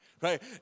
Right